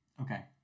Okay